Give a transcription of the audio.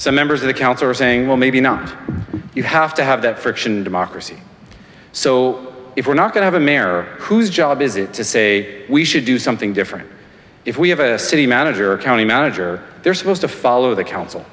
so members of the council are saying well maybe not you have to have that friction in democracy so if we're not going to mayor whose job is it to say we should do something different if we have a city manager a county manager they're supposed to follow the council